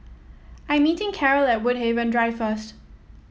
I'm meeting Carole at Woodhaven Drive first